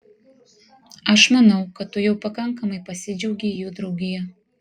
aš manau kad tu jau pakankamai pasidžiaugei jų draugija